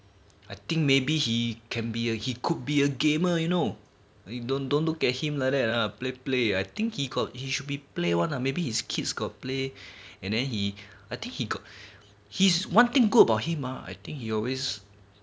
I think maybe he can be a he could be a gamer you know they don't don't look at him like that ah play play I think he got he should be play one or maybe his kids got play and then he I think he got his one thing good about him I think he always